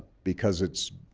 because it's